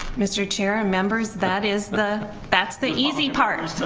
mr. chair, and members, that is the, that's the easy part. so